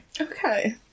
Okay